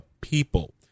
people